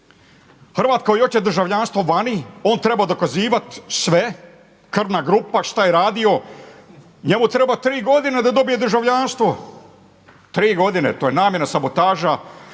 Hrvat koji hoće državljanstvo vani on treba dokazivat sve, krvna grupa, šta je radio. Njemu treba tri godine da dobije državljanstvo. Tri godine. To je namjerna sabotaža